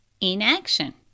inaction